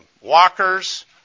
walkers